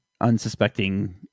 unsuspecting